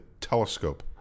telescope